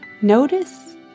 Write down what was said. Notice